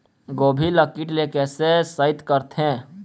गोभी ल कीट ले कैसे सइत करथे?